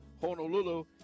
Honolulu